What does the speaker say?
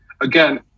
again